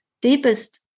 deepest